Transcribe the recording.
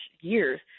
years